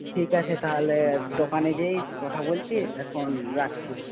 ঠিক আছে তাহলে দোকানে যেয়েই কথা বলছি এখন রাখছি